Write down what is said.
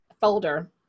folder